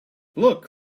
look